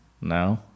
No